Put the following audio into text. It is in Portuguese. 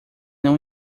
não